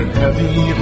heavy